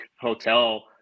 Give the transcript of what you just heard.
hotel